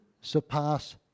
surpass